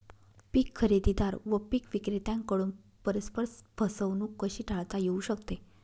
पीक खरेदीदार व पीक विक्रेत्यांकडून परस्पर फसवणूक कशी टाळता येऊ शकते?